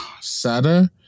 sadder